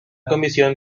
comisión